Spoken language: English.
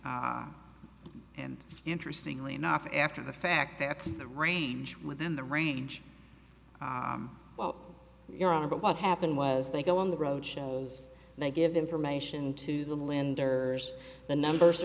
and interestingly enough after the fact that the range within the range well you're on about what happened was they go on the road shows they give information to the lender the numbers